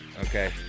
Okay